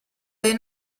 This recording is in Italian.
dai